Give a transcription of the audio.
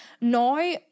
now